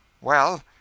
Well